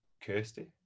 Kirsty